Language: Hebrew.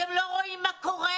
אתם לא רואים מה קורה?